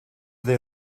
they